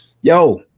yo